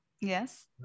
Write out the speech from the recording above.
Yes